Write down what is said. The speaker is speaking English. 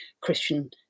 Christian